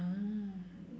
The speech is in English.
ah